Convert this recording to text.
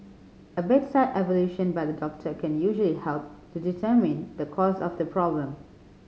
a bedside evaluation by the doctor can usually help to determine the cause of the problem